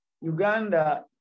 Uganda